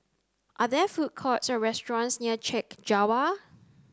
are there food courts or restaurants near Chek Jawa